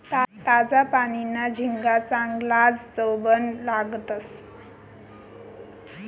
ताजा पानीना झिंगा चांगलाज चवबन लागतंस